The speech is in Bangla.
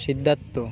সিদ্ধার্থ